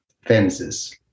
fences